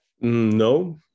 No